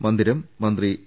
മന്ദിരം മന്ത്രി എ